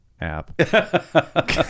app